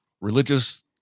religious